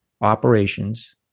operations